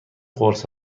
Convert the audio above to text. قرص